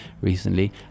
recently